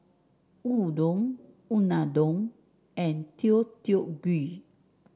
Udon Unadon and Deodeok Gui